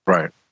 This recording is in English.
Right